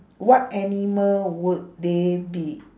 what animal would they be